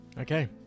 Okay